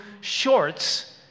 shorts